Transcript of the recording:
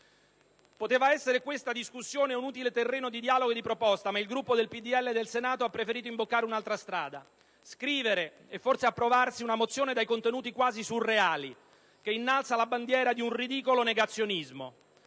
Poteva essere questa discussione un utile terreno di dialogo e di proposta, ma il Gruppo del PdL del Senato ha preferito imboccare un'altra strada: scrivere e forse approvarsi una mozione dai contenuti quasi surreali, che innalza la bandiera di un ridicolo negazionismo,